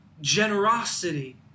generosity